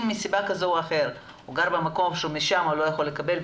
אם מסיבה כזו או אחרת הוא גר במקום ששם הוא לא יכול לקבל,